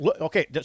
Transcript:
Okay